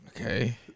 Okay